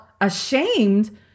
ashamed